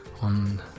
on